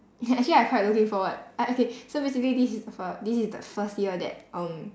actually I quite looking forward I okay so basically this is the fir~ this is the first year that um